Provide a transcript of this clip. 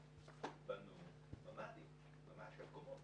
הם בנו ממ"דים ממש של קומות.